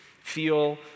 feel